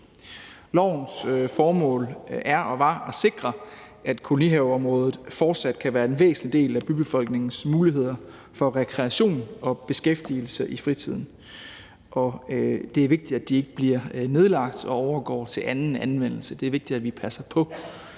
Lovens formål er og var at sikre, at kolonihaveområdet fortsat kan være en væsentlig del af bybefolkningens muligheder for rekreation og beskæftigelse i fritiden. Det er vigtigt, at de ikke bliver nedlagt og overgår til anden anvendelse, og det er vigtigt, at vi passer på